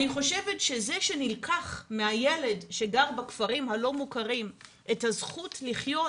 אני חושבת שזה שנלקחה מהילד שגר בכפרים הלא מוכרים הזכות לחיות